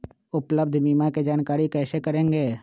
उपलब्ध बीमा के जानकारी कैसे करेगे?